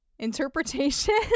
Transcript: interpretation